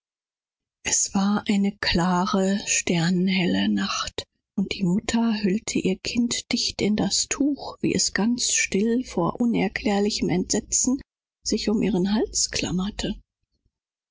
es war eine sternhelle kalte nacht und die mutter schlug ihr tuch so dicht wie möglich um das kind welches von dumpfen schrecken ganz still geworden war und sich ängstlich um ihren hals klammerte